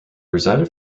resided